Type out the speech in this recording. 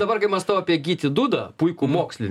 dabar kai mąstau apie gytį dudą puikų moksli